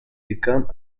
becomes